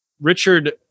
Richard